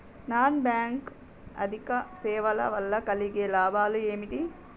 Non bank ఆర్థిక సేవల వల్ల కలిగే లాభాలు ఏమిటి?